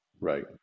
Right